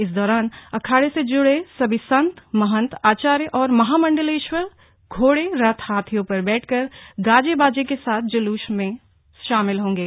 इस दौरान अखाड़े से जूड़े सभी संत महंत आचार्य और महामंडलश्वर घोड़े रथ हाथियों पर बैठकर गाजे बाजे के साथ जुलूस में शामिल होंगे